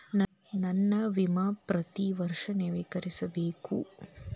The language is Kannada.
ನನ್ನ ವಿಮಾ ಪ್ರತಿ ವರ್ಷಾ ನವೇಕರಿಸಬೇಕಾ?